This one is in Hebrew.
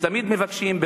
ותמיד מבקשים.